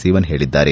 ಸಿವನ್ ಹೇಳಿದ್ದಾರೆ